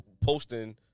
posting